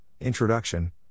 Introduction